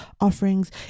offerings